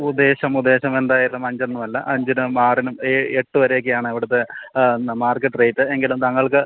ഉദ്ദേശം ഉദ്ദേശം എന്തായാലും അഞ്ചൊന്നുമ്മല്ല അഞ്ചിനും ആറിനും എട്ടുവരെയൊക്കെയാണ് ഇവിടുത്തെ മാർക്കറ്റ് റേറ്റ് എങ്കിലും താങ്കൾക്ക്